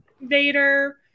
Vader